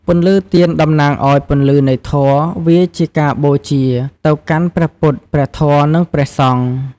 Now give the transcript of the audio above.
ពន្លឺទៀនតំណាងឲ្យពន្លឺនៃធម៌ វាជាការបូជាទៅកាន់ព្រះពុទ្ធ ព្រះធម៌ និងព្រះសង្ឃ។